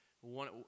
one